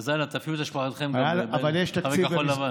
אז אנא, תפעילו את השפעתכם גם על חברי כחול לבן.